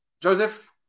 Joseph